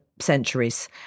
centuries